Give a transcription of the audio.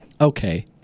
Okay